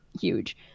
huge